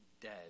dead